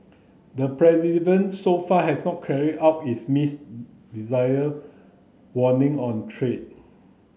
the so far has not carried out his miss desire warning on trade